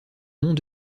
mont